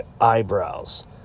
eyebrows